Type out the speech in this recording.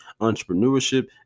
entrepreneurship